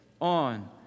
on